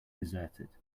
deserted